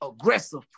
aggressive